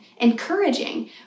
encouraging